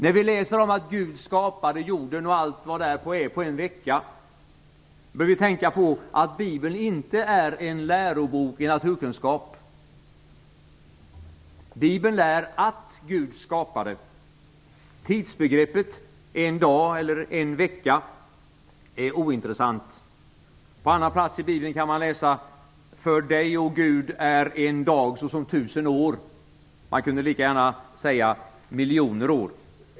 När vi läser om att Gud skapade jorden och allt vad därpå är på en vecka bör vi tänka på att Bibeln inte är en lärobok i naturkunskap. Bibeln lär att Gud skapade. Tidsbegreppet en dag eller en vecka är ointressant. På annan plats i Bibeln kan man läsa: För dig, o Gud är en dag såsom tusen år. Man kunde lika gärna säga miljoner år.